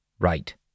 Right